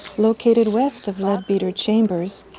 located west of leadbeater chambers,